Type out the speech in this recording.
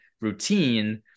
routine